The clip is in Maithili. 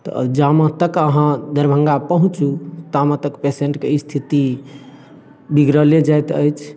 तऽ जाहाॅं तक अहाँ दरभंगा पहुँचू ताबेतक पेशेन्टके स्थिति बिगड़ले जाइत अछि